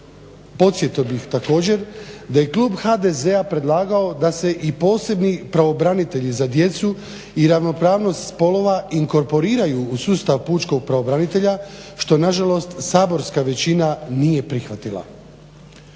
Podsjetio bih također da je i klub HDZ-a predlagao da se i posebni pravobranitelji za djecu i ravnopravnost spolova inkorporiraju u sustav pučkog pravobranitelja što nažalost saborska većina nije prihvatila.